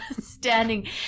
standing